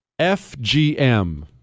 FGM